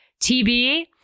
TB